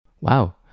Wow